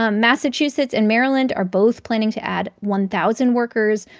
ah massachusetts and maryland are both planning to add one thousand workers.